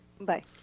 Bye